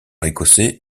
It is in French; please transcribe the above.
écossais